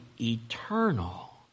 eternal